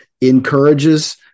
encourages